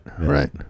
right